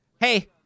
hey